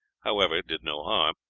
however, did no harm,